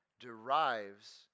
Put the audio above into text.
derives